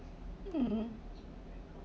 mm